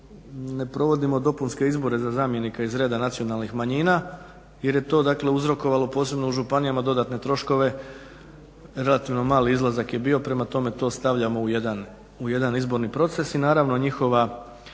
ne provodimo dopunske izbore za zamjenika iz reda nacionalnih manjina, jer je to dakle uzrokovalo posebno u županijama dodatne troškove, relativno mali izlazak je bio, prema tome to stavljamo u jedan izborni proces i naravno njihova